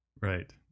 Right